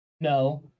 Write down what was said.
No